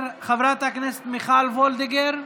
חברת הכנסת מיכל וולדיגר,